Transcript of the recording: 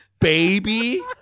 baby